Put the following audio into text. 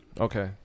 Okay